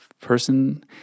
person